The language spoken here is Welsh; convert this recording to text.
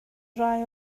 rai